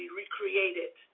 recreated